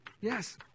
Yes